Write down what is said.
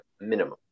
minimum